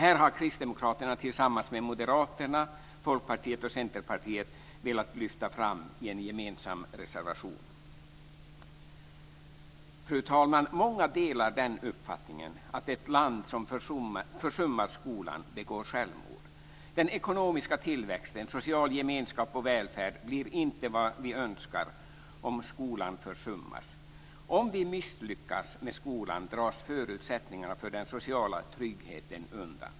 Detta har Kristdemokraterna tillsammans med Moderaterna, Folkpartiet och Centerpartiet velat lyfta fram i en gemensam reservation. Fru talman! Många delar den uppfattningen att ett land som försummar skolan begår självmord. Den ekonomiska tillväxten, social gemenskap och välfärd blir inte vad vi önskar om skolan försummas. Om vi misslyckas med skolan dras förutsättningarna för den sociala tryggheten undan.